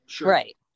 Right